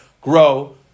grow